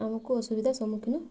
ଆମକୁ ଅସୁବିଧା ସମ୍ମୁଖୀନ